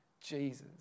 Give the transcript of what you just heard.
Jesus